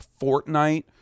Fortnite